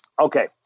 Okay